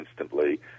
instantly